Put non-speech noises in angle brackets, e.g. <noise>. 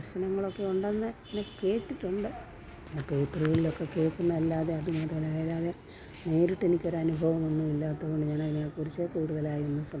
പ്രശ്നങ്ങളൊക്കെ ഉണ്ടെന്ന് ഇങ്ങനെ കേട്ടിട്ടുണ്ട് ഇങ്ങനെ പേപ്പറുകളിലൊക്കെ കേൾക്കുന്നതല്ലാതെ അത് <unintelligible> നേരിട്ട് എനിക്കൊരു അനുഭവം ഒന്നും ഇല്ലാത്തതുകൊണ്ട് ഞാനതിനെകുറിച്ച് കൂടുതാലായൊന്നും സം